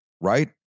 right